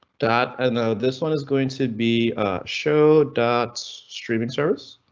dad and ah, this one is going to be a show dot streaming service.